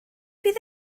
fydd